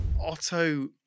Otto